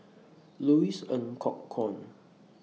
Louis Ng Kok Kwang